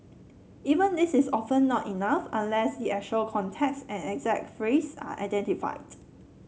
even this is often not enough unless the actual context and exact phrase are identified